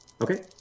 Okay